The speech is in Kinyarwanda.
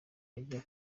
ajya